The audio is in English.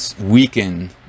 weaken